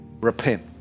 repent